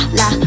la